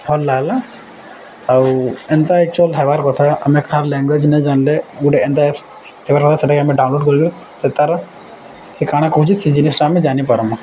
ଭଲ ଲାଗ୍ଲା ଆଉ ଏନ୍ତା ଏକ୍ଚୁଆଲ୍ ହେବାର କଥା ଆମେ ଲାଙ୍ଗୁଏଜ୍ ନାଇଁ ଜାନ୍ଲେ ଗୋଟେ ଏନ୍ତା ଆପ୍ସ୍ ହେବାର କଥା ସେଟାକି ଆମେ ଡ଼ାଉନଲୋଡ଼୍ କର୍ଲୁ ସେ ତା'ର୍ ସେ କାଣା କହୁଛି ସେ ଜିନିଷ୍ଟ ଆମେ ଜାନିପାର୍ମା